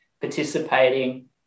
participating